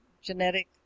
genetic